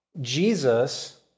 Jesus